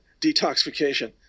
detoxification